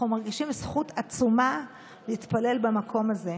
אנחנו מרגישים זכות עצומה להתפלל במקום הזה.